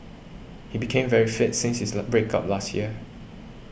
he became very fit since his break up last year